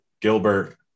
Gilbert